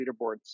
leaderboards